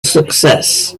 success